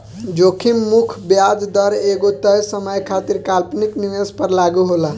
जोखिम मुक्त ब्याज दर एगो तय समय खातिर काल्पनिक निवेश पर लागू होला